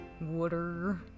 Water